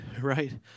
right